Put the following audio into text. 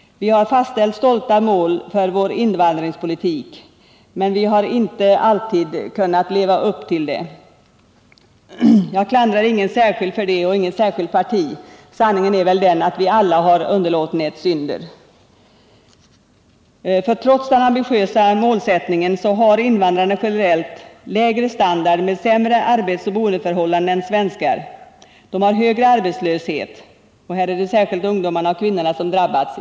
Vi har fastställt stolta mål för vår invandrarpolitik, men vi har inte alltid kunnat leva upp till dem. Jag klandrar ingen särskild för det, inte heller något särskilt parti. Sanningen är väl den att vi alla har underlåtenhetssynder i det sammanhanget, för trots den ambitiösa målsättningen har invandrarna generellt lägre standard med sämre arbetsoch boendeförhållanden än svenskar. De har högre arbetslöshet, och i det avseendet är det återigen särskilt ungdomarna och kvinnorna som drabbas.